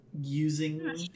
using